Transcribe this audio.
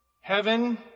Heaven